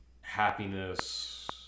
happiness